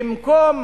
במקום